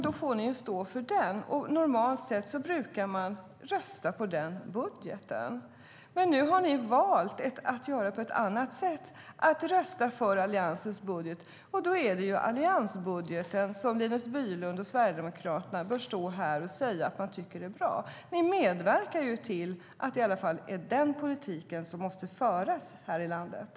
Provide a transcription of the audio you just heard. Då får ni stå för den. Normalt sett brukar man rösta på den budgeten. Men nu har ni valt att göra på ett annat sätt, nämligen att rösta för Alliansens budget. Då är det alliansbudgeten som Linus Bylund och Sverigedemokraterna bör stå här och säga att ni tycker är bra. Ni medverkar ju i alla fall till att det är den politik som måste föras här i landet.